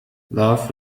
love